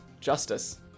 justice